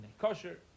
kosher